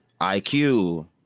IQ